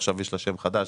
אולי עכשיו יש לה שם חדש,